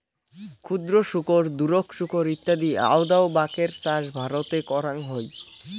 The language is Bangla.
ক্ষুদ্র শুকর, দুরোক শুকর ইত্যাদি আউদাউ বাকের চাষ ভারতে করাং হই